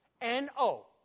N-O